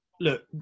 look